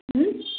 ಹ್ಞೂ